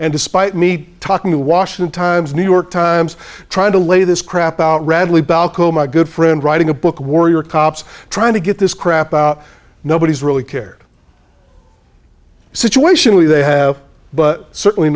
and despite me talking to the washington times new york times trying to lay this crap out radley balko my good friend writing a book warrior cops trying to get this crap out nobody's really cared situationally they have but certainly